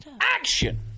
action